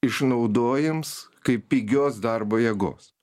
išnaudojims kaip pigios darbo jėgos